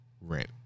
rent